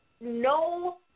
no